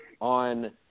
on